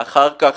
ואחר כך,